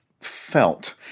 felt